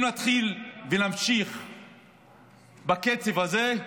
אם נמשיך בקצב הזה,